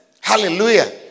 Hallelujah